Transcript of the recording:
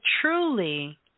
truly